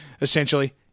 essentially